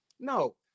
No